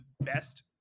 best